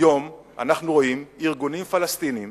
היום אנחנו רואים ארגונים פלסטיניים